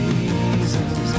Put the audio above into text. Jesus